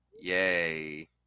Yay